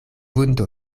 vundo